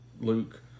Luke